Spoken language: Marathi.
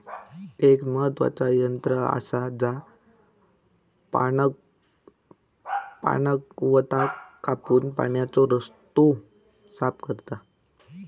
एक महत्त्वाचा यंत्र आसा जा पाणगवताक कापून पाण्याचो रस्तो साफ करता